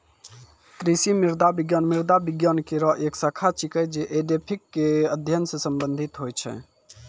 कृषि मृदा विज्ञान मृदा विज्ञान केरो एक शाखा छिकै, जे एडेफिक क अध्ययन सें संबंधित होय छै